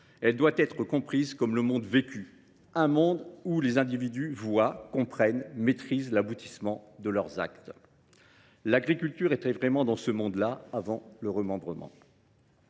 Elle doit être comprise comme le monde vécu, un monde où les individus voient, comprennent, maîtrisent l’aboutissement de leurs actes. » L’agriculture était vraiment dans ce monde là avant le remembrement.